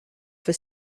for